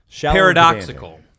Paradoxical